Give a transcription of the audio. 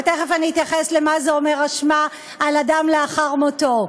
ותכף אתייחס למה זה אומר אשמה על אדם לאחר מותו,